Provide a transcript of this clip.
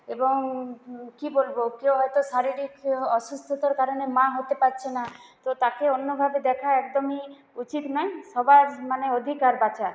এবং কী বলব কেউ হয়তো শারীরিক অসুস্থতার কারণে মা হতে পারছে না তো তাকে অন্য ভাবে দেখা একদমই উচিত নয় সবার মানে অধিকার বাঁচার